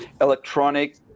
electronic